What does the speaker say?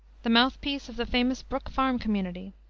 the mouth-piece of the famous brook farm community,